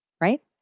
right